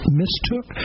mistook